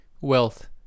wealth